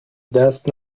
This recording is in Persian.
دست